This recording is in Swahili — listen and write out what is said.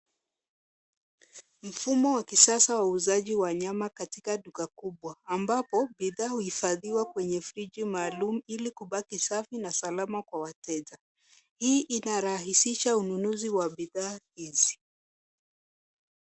Mfumo wa kisasa wa uuzaji wa nyama katika duka kubwa ambapo bidhaa huhifadhiwa kwenye friji maalum ili kubaki safi na salama kwa wateja ,hii inarahisisha ununuzi wa bidhaa hizi.